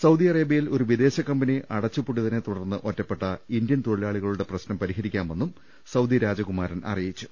Saudi അറേബൃയിൽ ഒരു വിദേശകമ്പനി അടച്ചുപൂട്ടിയതിനെത്തുടർന്ന് ഒറ്റപ്പെട്ട ഇന്ത്യൻ തൊഴിലാ ളികളുടെ പ്രശ്നം പരിഹരിക്കാമെന്നും സൌദി രാജകുമാരൻ അറിയിച്ചു